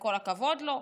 וכל הכבוד לו,